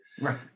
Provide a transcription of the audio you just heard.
Right